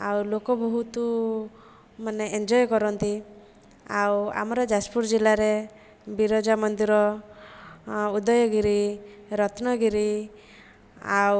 ଆଉ ଲୋକ ବହୁତ ମାନେ ଏନ୍ଜୟ କରନ୍ତି ଆଉ ଆମର ଯାଜପୁର ଜିଲ୍ଲାରେ ବିରଜା ମନ୍ଦିର ଉଦୟଗିରି ରତ୍ନଗିରି ଆଉ